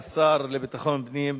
השר לביטחון פנים,